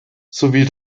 sowie